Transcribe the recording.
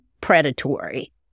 predatory